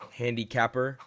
handicapper